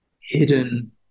hidden